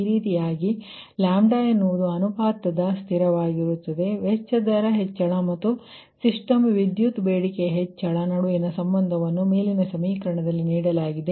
ಈ ರೀತಿಯಾಗಿ ಲ್ಯಾಂಬ್ಡಾ ಎನ್ನುವುದು ಅನುಪಾತದ ಸ್ಥಿರವಾಗಿರುತ್ತದೆProportionality ವೆಚ್ಚ ದರ ಹೆಚ್ಚಳ ಮತ್ತು ಸಿಸ್ಟಮ್ ವಿದ್ಯುತ್ ಬೇಡಿಕೆಯ ಹೆಚ್ಚಳ ನಡುವಿನ ಸಂಬಂಧವನ್ನು ಮೇಲಿನ ಸಮೀಕರಣದಲ್ಲಿ ನೀಡಲಾಗಿದೆ